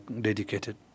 dedicated